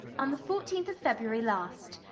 on the fourteenth of february last.